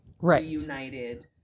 reunited